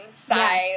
size